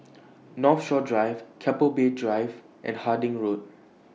Northshore Drive Keppel Bay Drive and Harding Road